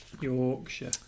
Yorkshire